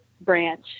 branch